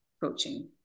coaching